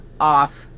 off